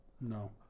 No